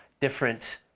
different